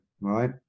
right